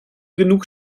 genug